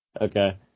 Okay